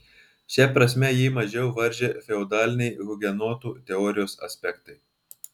šia prasme jį mažiau varžė feodaliniai hugenotų teorijos aspektai